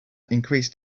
increased